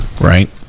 right